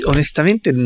Onestamente